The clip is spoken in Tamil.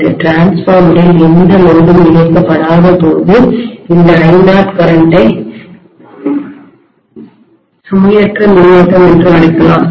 மின்மாற்றியில்டிரான்ஸ்ஃபார்மரில் எந்த சுமையும் லோடும் இணைக்கப்படாதபோது இந்த I0 கரண்ட்டை சுமையற்ற மின்னோட்டம் என்று அழைக்கலாம்